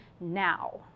now